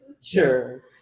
Sure